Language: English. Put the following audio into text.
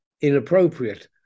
inappropriate